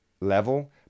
level